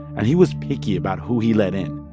and he was picky about who he let in.